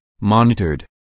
monitored